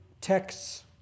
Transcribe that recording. texts